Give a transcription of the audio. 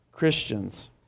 Christians